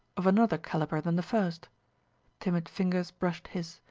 of another caliber than the first timid fingers brushed his,